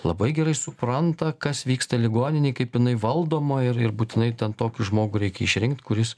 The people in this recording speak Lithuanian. labai gerai supranta kas vyksta ligoninėj kaip jinai valdoma ir ir būtinai ten tokį žmogų reikia išrinkt kuris